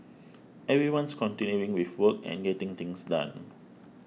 everyone's continuing with work and getting things done